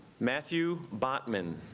matthew bondman